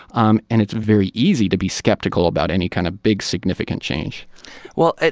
um and it's very easy to be skeptical about any kind of big, significant change well,